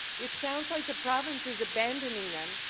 it sounds like the province is abandoning them,